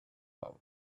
power